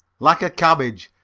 like a cabbage,